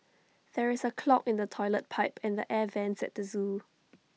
there is A clog in the Toilet Pipe and the air Vents at the Zoo